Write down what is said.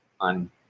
on